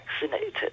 vaccinated